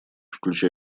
включая